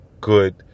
good